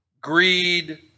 greed